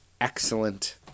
Excellent